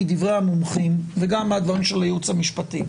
מדברי המומחים וגם מהדברים של הייעוץ המשפטי,